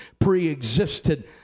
pre-existed